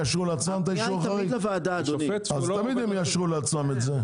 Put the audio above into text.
אז תמיד הם יאשרו לעצמם את האישור החריג.